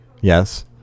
Yes